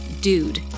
Dude